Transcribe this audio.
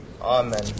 Amen